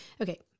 Okay